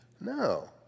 No